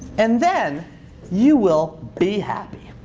and then you will be happy.